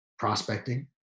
prospecting